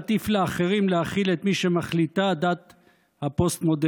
להטיף לאחרים להכיל את מי שמחליטה דת הפוסט-מודרנה.